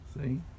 see